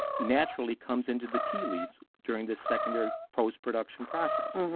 naturally comes into the tea leaves during this secondary post-production process,